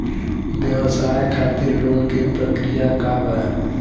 व्यवसाय खातीर लोन के प्रक्रिया का बा?